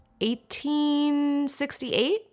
1868